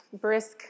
brisk